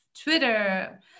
Twitter